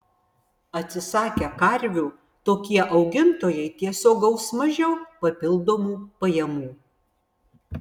atsisakę karvių tokie augintojai tiesiog gaus mažiau papildomų pajamų